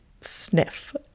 sniff